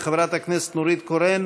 וחברת הכנסת נורית קורן,